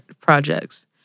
projects